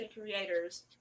creators